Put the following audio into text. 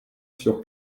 sur